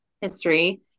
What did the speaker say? history